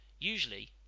usually